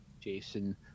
Jason